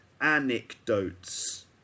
anecdotes